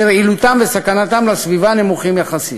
שרעילותם וסכנתם לסביבה נמוכות יחסית